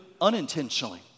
unintentionally